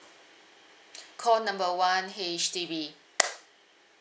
call number one H_D_B